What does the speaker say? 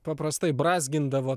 paprastai brązgindavot